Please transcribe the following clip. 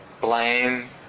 blame